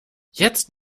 jetzt